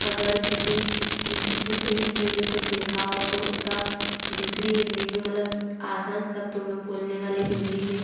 अगर किसी हिन शुद्ध हिन्दी में कुछ लिखा हो तो उसका दूसरी हिन्दी में मतलब आसान शब्दों में बोलने वाली हिन्दी में